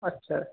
আচ্ছা